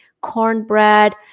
cornbread